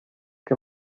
que